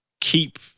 keep